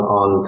on